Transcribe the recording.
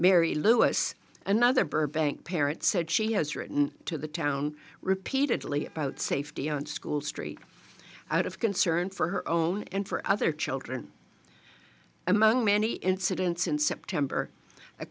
mary lewis another burbank parent said she has written to the town repeatedly about safety on school street out of concern for her own and for other children among many incidents in september a